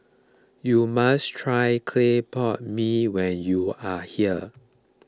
you must try Clay Pot Mee when you are here